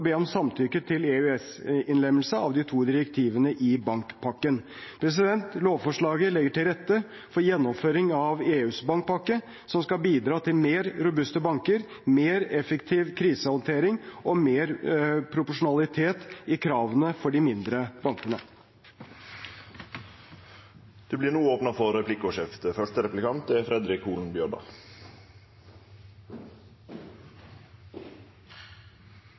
be om samtykke til EØS-innlemmelse av de to direktivene i bankpakken. Lovforslaget legger til rette for en gjennomføring av EUs bankpakke, som skal bidra til mer robuste banker, mer effektiv krisehåndtering og mer proporsjonalitet i kravene for de mindre bankene. Det vert replikkordskifte. Arbeidarpartiet stiller seg bak fleirtalet i denne saka. Det er